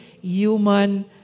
human